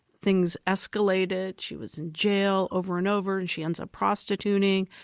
things escalated. she was in jail over and over and she ends up prostituting,